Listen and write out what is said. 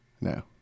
No